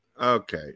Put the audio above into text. Okay